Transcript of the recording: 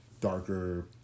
Darker